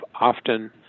often